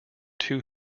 two